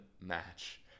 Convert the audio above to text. match